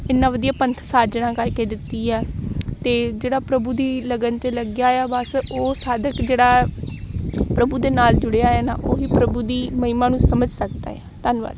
ਇੰਨਾਂ ਵਧੀਆ ਪੰਥ ਸਾਜਣਾ ਕਰਕੇ ਦਿੱਤੀ ਆ ਅਤੇ ਜਿਹੜਾ ਪ੍ਰਭੂ ਦੀ ਲਗਨ 'ਚ ਲੱਗਿਆ ਆ ਬਸ ਉਹ ਸਾਧਕ ਜਿਹੜਾ ਪ੍ਰਭੂ ਦੇ ਨਾਲ ਜੁੜਿਆ ਆ ਨਾ ਉਹੀ ਪ੍ਰਭੂ ਦੀ ਮਹਿਮਾ ਨੂੰ ਸਮਝ ਸਕਦਾ ਏ ਆ ਧੰਨਵਾਦ